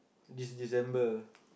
this December